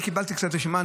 אני קיבלתי קצת רשימה,